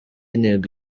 intego